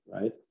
Right